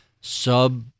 sub